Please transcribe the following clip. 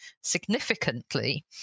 significantly